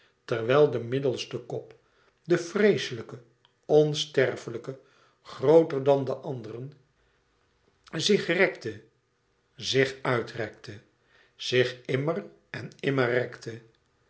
terwijl de middelste kop de vreeslijk onsterflijke grooter dan de anderen zich rekte zich uit rekte zich immer en